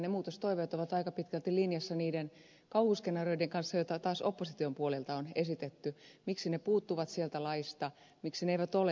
ne muutostoiveet ovat aika pitkälti linjassa niiden kauhuskenaarioiden kanssa joita taas opposition puolelta on esitetty miksi ne puuttuvat sieltä laista miksi ne eivät ole siellä